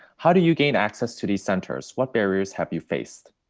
how do you gain access to these centers? what barriers have you faced?